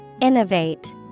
Innovate